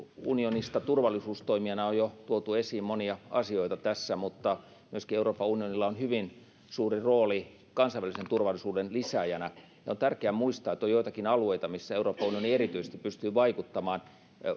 unionista turvallisuustoimijana on jo tuotu esiin monia asioita mutta euroopan unionilla on hyvin suuri rooli myöskin kansainvälisen turvallisuuden lisääjänä on tärkeää muistaa että on joitakin alueita missä erityisesti euroopan unioni pystyy vaikuttamaan